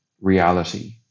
reality